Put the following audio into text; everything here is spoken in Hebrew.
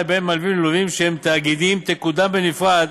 בין מלווים ללווים שהם תאגידים תקודם בנפרד